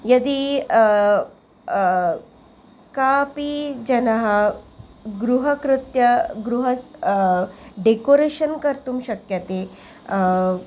यदि कापि जनः गृहकृत्यं गृहस्य डेकोरेशन् कर्तुं शक्यते